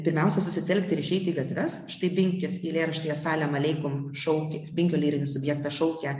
pirmiausia susitelkti ir išeiti į gatves štai binkis eilėraštyje salėm aleikum šaukia binkio lyrinis subjektas šaukia